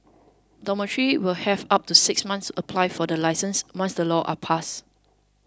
dormitories will have up to six months apply for the licence once the laws are passed